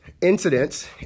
incidents